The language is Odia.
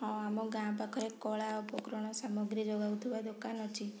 ହଁ ଆମ ଗାଁ ପାଖରେ କଳା ଉପକରଣ ସାମଗ୍ରୀ ଯୋଗାଉ ଥିବା ଦୋକାନ ଅଛି